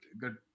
good